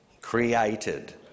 created